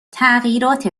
تغییرات